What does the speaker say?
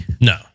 No